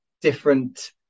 different